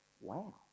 Wow